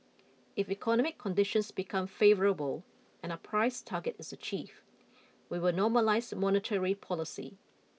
if economic conditions become favourable and our price target is achieved we will normalise monetary policy